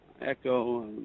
Echo